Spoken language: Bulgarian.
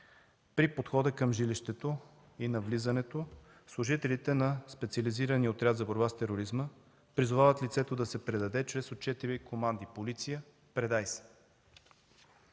При подхода към жилището и навлизането служителите на Специализирания отряд за борба с тероризма призовават лицето да се предаде чрез отчетливи команди „Полиция! Предай се!”.